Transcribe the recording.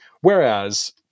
Whereas